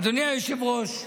אדוני היושב-ראש,